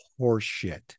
horseshit